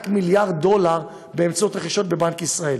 רק מיליארד דולר ברכישות בבנק ישראל.